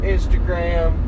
Instagram